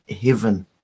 heaven